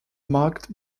marked